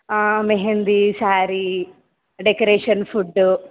mehndi sari decoration food